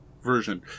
version